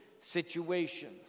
situations